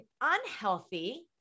unhealthy